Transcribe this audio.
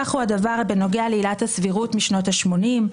כך הוא הדבר בנוגע לעילת הסבירות משנות השמונים,